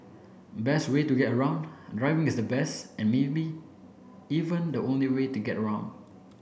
best way to get around driving is the best and maybe even the only way to get around